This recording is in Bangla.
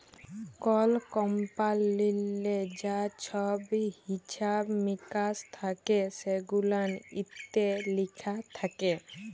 কল কমপালিললে যা ছহব হিছাব মিকাস থ্যাকে সেগুলান ইত্যে লিখা থ্যাকে